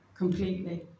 completely